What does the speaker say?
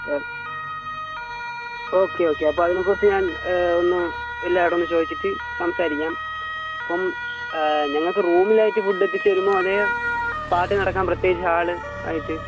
okay okay അപ്പോൾ അതിനെക്കുറിച്ച് ഞാൻ ഒന്ന് എല്ലാവരോടും ഒന്ന് ചോദിച്ചിട്ട് സംസാരിക്കാം അപ്പം ഞങ്ങൾക്ക് റൂമിലായിട്ട് ഫുഡ് എത്തിച്ച് തരുമോ അതോ പാർട്ടി നടത്താൻ പ്രത്യേകിച്ച് ഹാൾ ആയിട്ട്